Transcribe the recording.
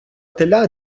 теля